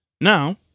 Now